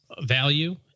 value